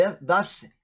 Thus